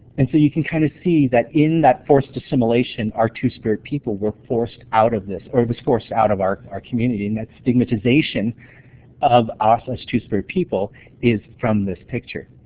and so you can kind of see that in that forced assimilation our two-spirit people were forced out of this or it was forced out of our our community. and that stigmatization of us as two-spirit people is from this picture.